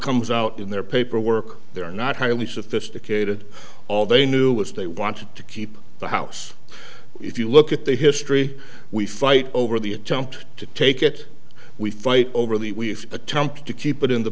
comes out in their paperwork they're not highly sophisticated all they knew was they wanted to keep the house if you look at the history we fight over the attempt to take it we fight over the we've attempted to keep it in